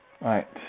Right